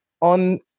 on